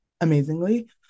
amazingly